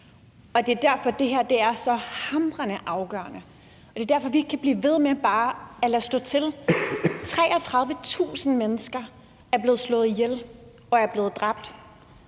Det er derfor, det her er så hamrende afgørende, og det er derfor, vi ikke kan blive ved med bare at lade stå til. 33.000 mennesker er blevet slået ihjel og er blevet dræbt: